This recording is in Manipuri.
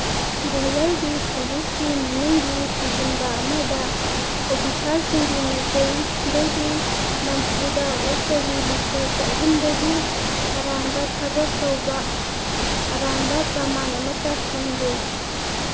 ꯚꯣꯂꯔꯒꯤ ꯄꯨꯂꯤꯁꯀꯤ ꯃꯅꯨꯡꯒꯤ ꯊꯤꯖꯤꯟꯕ ꯑꯃꯗ ꯑꯣꯄꯤꯁꯥꯔꯁꯤꯡꯒꯤ ꯃꯥꯏꯀꯩꯗꯒꯤ ꯅꯝꯐꯨꯗ ꯑꯣꯛꯇꯕꯤ ꯂꯤꯆꯠ ꯆꯠꯍꯟꯕꯒꯤ ꯑꯔꯥꯟꯕ ꯊꯕꯛ ꯇꯧꯕ ꯑꯔꯥꯟꯕ ꯄ꯭ꯔꯃꯥꯟ ꯑꯃꯇ ꯐꯪꯗꯦ